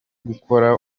gukora